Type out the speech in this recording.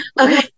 Okay